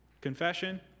Confession